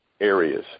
areas